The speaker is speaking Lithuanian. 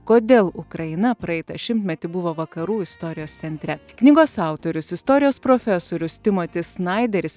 kodėl ukraina praeitą šimtmetį buvo vakarų istorijos centre knygos autorius istorijos profesorius timotis snaideris